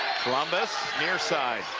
columbus near side,